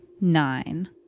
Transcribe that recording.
Nine